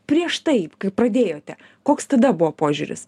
prieš tai kaip pradėjote koks tada buvo požiūris